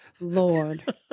Lord